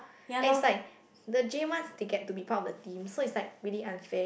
and is like the J ones they get to be part of the team so is like really unfair